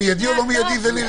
מיידי או לא מיידי את זה נראה.